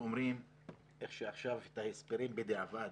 איך שעכשיו אומרים את ההסברים בדיעבד,